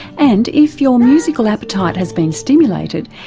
and, if your musical appetite has been stimulated,